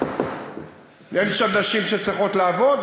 אין שם נשים שצריכות לעבוד?